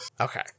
okay